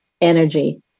energy